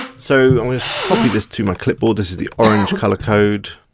so i'm gonna just copy this to my clipboard, this is the orange colour code.